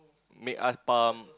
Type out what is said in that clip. make us pump